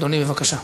אדוני, בבקשה.